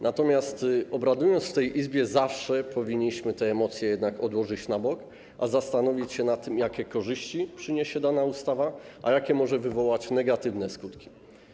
Natomiast obradując w tej Izbie, zawsze powinniśmy te emocje jednak odłożyć na bok i zastanowić się nad tym, jakie korzyści przyniesie dana ustawa, a jakie może wywołać negatywne skutki.